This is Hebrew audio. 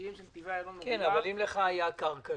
התחבורתיים של נתיבי איילון --- אבל אם לך הייתה קרקע